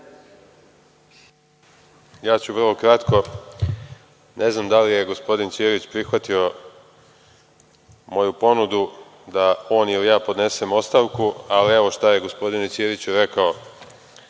Ja ću vrlo kratko. Ne znam da li gospodin Ćirić prihvatio moju ponudu da on ili ja podnesemo ostavku, ali evo šta je gospodine Ćiriću, rekao,